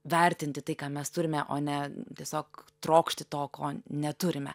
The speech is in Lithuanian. vertinti tai ką mes turime o ne tiesiog trokšti to ko neturime